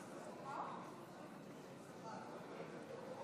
53 בעד, 60